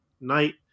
night